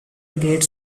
great